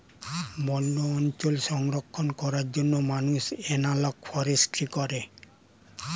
বন্য অঞ্চল সংরক্ষণ করার জন্য মানুষ এনালগ ফরেস্ট্রি করে